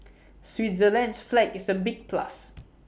Switzerland's flag is A big plus